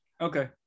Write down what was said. Okay